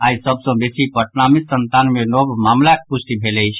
आइ सभ सँ बेसी पटना मे संतानवे नव मामिलाक पुष्टि भेल अछि